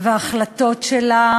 אלא פעולה מערכתית של כמה משרדים,